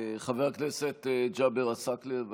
חבר הכנסת ג'אבר עסאקלה, בבקשה.